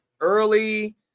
early